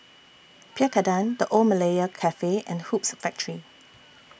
Pierre Cardin The Old Malaya Cafe and Hoops Factory